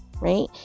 Right